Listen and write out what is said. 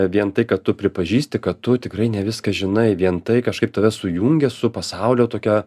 vien tai kad tu pripažįsti kad tu tikrai ne viską žinai vien tai kažkaip tave sujungia su pasaulio tokia